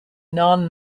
non